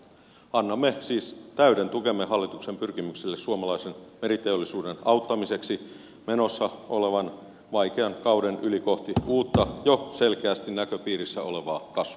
annamme siis täyden tukemme hallituksen pyrkimyksille suomalaisen meriteollisuuden auttamiseksi menossa olevan vaikean kauden yli kohti uutta jo selkeästi näköpiirissä olevaa kasvua